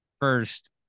first